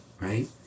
right